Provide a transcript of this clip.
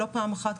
לא פעם אחת,